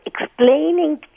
explaining